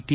T